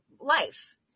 life